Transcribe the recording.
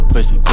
Pussy